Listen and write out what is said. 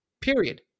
Period